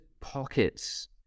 pockets